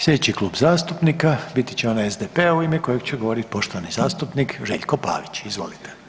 Slijedeći Klub zastupnika biti će onaj SDP-a u ime kojeg će govoriti poštovani zastupnik Željko Pavić, izvolite.